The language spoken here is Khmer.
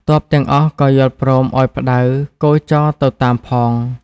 ទ័ពទាំងអស់ក៏យល់ព្រមឱ្យផ្ដៅគោចរទៅតាមផង ។